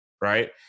right